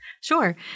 Sure